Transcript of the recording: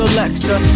Alexa